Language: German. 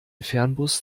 fernbus